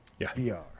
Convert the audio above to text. VR